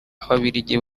ababiligi